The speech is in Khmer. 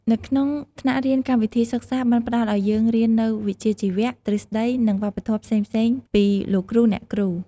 នៅក្នុងថ្នាក់រៀនកម្មវិធីសិក្សាបានផ្តល់ឲ្យយើងរៀននូវវិជ្ជាជីវៈ ទ្រឹស្តី និងវប្បធម៌ផ្សេងៗពីលោកគ្រូអ្នកគ្រូ។